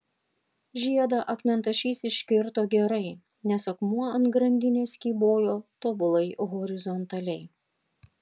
žiedą akmentašys iškirto gerai nes akmuo ant grandinės kybojo tobulai horizontaliai